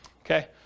okay